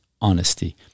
honesty